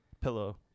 pillow